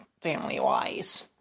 family-wise